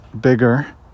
bigger